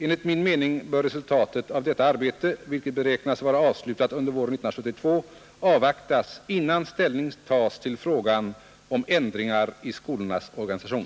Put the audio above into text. Enligt min mening bör resultaten av detta arbete, vilket beräknas vara avslutat under våren 1972, avvaktas innan ställning tas till frågan om ändringar i skolornas organisation.